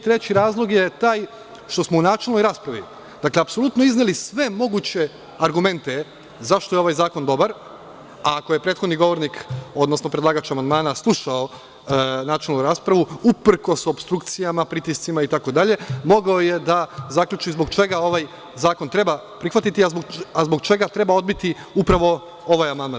Treći razlog je taj što smo u načelnoj raspravi apsolutno izneli sve moguće argumente zašto je ovaj zakon dobar, a ako je predlagač amandmana slušao načelnu raspravu, uprkos opstrukcijama, pritiscima, mogao je da zaključi zbog čega ovaj zakon treba prihvatiti, a zbog čega treba odbiti upravo ovaj amandman.